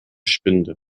spinde